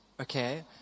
okay